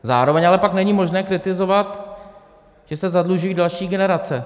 Zároveň ale pak není možné kritizovat, když se zadlužují další generace.